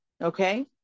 Okay